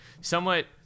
somewhat